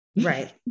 right